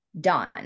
done